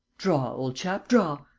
draw, old chap, draw.